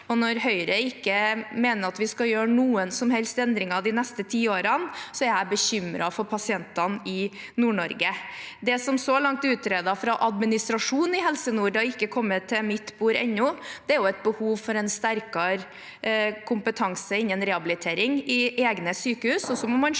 når Høyre ikke mener at vi skal gjøre noen som helst endringer de neste ti årene, er jeg bekymret for pasientene i Nord-Norge. Det som så langt er utredet fra administrasjonen i Helse nord – det har ikke kommet til mitt bord ennå – er et behov for en sterkere kompetanse innen